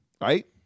Right